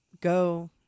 go